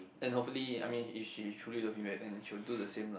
and hopefully I mean if she truly love me right then she will do the same lah